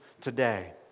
today